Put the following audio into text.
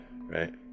right